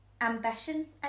ambition